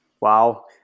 Wow